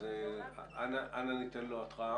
אנא ניתן לו התראה.